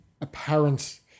apparent